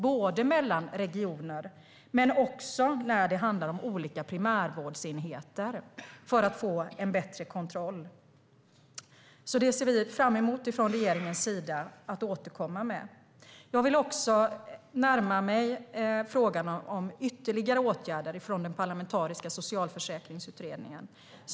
Vi ser på skillnaderna både mellan regioner och mellan olika primärvårdsenheter - detta för att vi ska få en bättre kontroll. Vi från regeringen ser fram emot att återkomma till detta. Jag vill också närma mig frågan om ytterligare åtgärder hämtade från den parlamentariska socialförsäkringsutredningen.